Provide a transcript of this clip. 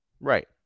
Right